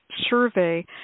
survey